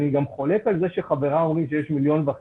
אני גם חולק על מה שחבריי אומרים שיש 1.5